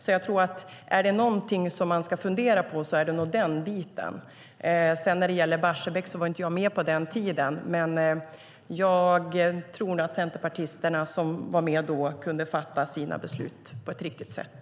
Är det någonting som man ska fundera på så är det nog den biten. När det gäller Barsebäck var inte jag med på den tiden, men jag tror nog att centerpartisterna som var med då kunde fatta sina beslut på ett riktigt sätt.